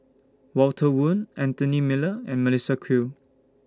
Walter Woon Anthony Miller and Melissa Kwee